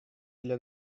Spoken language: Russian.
для